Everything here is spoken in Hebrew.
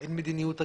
אין מדיניות הגירה.